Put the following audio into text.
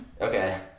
Okay